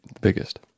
biggest